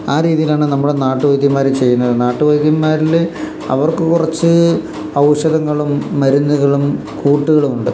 ആ രീതിയിലാണ് നമ്മുടെ നാട്ടുവൈദ്യന്മാര് ചെയ്യുന്നത് നാട്ടുവൈദ്യന്മാരില് അവർക്കു കുറച്ച് ഔഷധങ്ങളും മരുന്നുകളും കൂട്ടുകളുമുണ്ട്